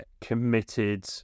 committed